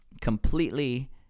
completely